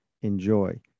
enjoy